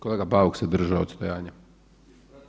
Kolega Bauk se držao odstojanja.